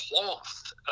cloth